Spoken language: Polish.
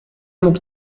mógł